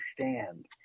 understand